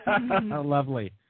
Lovely